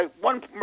One